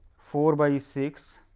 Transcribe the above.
four by six,